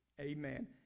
Amen